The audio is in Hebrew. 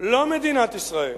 לא מדינת ישראל,